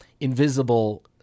invisible